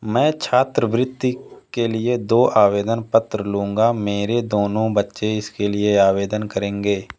मैं छात्रवृति के लिए दो आवेदन पत्र लूँगा मेरे दोनों बच्चे इसके लिए आवेदन करेंगे